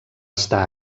estar